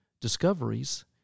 Discoveries